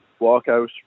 walkout